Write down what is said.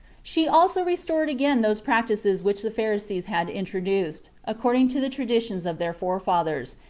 she also restored again those practices which the pharisees had introduced, according to the traditions of their forefathers,